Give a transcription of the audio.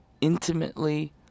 intimately